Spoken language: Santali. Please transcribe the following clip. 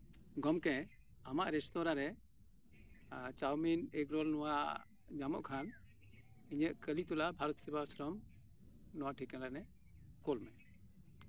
ᱜᱚᱢᱠᱮ ᱟᱢᱟᱜ ᱨᱮᱥᱛᱩᱨᱟ ᱨᱮ ᱪᱟᱣᱢᱤᱱ ᱮᱜᱨᱚᱞ ᱱᱚᱣᱟ ᱧᱟᱢᱚᱜ ᱠᱷᱟᱱ ᱤᱧᱟᱹᱜ ᱠᱟᱹᱞᱤᱛᱚᱞᱟ ᱵᱷᱟᱨᱚᱛ ᱥᱮᱵᱟ ᱟᱥᱨᱚᱢ ᱱᱚᱣᱟ ᱴᱷᱤᱠᱟᱱᱟ ᱨᱮ ᱠᱩᱞ ᱢᱮ